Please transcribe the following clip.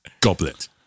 Goblet